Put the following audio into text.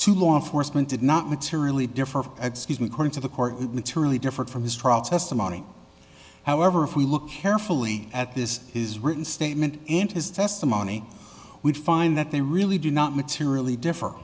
to law enforcement did not materially differ at scheme according to the court materially different from his trial testimony however if we look carefully at this his written statement and his testimony would find that they really do not materially differ